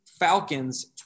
Falcon's